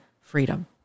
Freedom